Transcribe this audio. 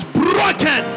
broken